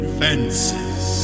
fences